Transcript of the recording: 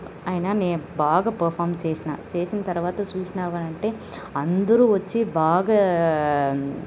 అయినా నేను బాగా పర్ఫార్మ్ చేసిన చేసిన తర్వాత చూసినారంటే అందరు వచ్చి బాగా